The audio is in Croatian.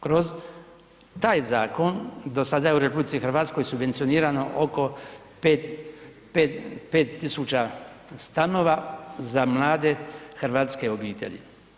Kroz taj zakon do sada je u RH subvencionirano oko 5.000 stanova za mlade hrvatske obitelji.